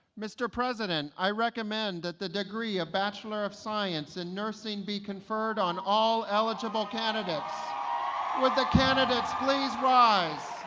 mr. president, i recommend that the degree of bachelor of science in nursing be conferred on all eligible candidates will the candidates please rise.